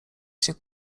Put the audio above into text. się